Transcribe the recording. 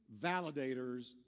validators